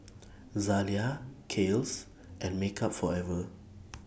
Zalia Kiehl's and Makeup Forever